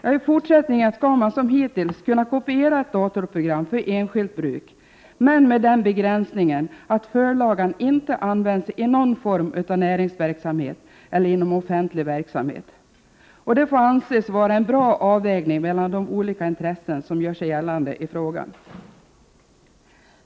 I fortsättningen skall man som hittills kunna kopiera ett datorprogram för enskilt bruk, men med den begränsningen att förlagan inte används i någon form av näringsverksamhet eller inom offentlig verksamhet. Det får anses vara en bra avvägning mellan de olika intressen som gör sig gällande i frågan.